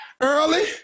early